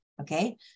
Okay